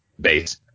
base